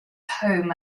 home